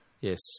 Yes